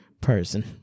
person